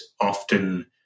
often